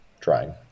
trying